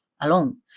alone